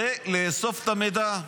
זה לאסוף את המידע,